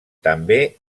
també